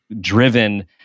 driven